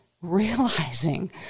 realizing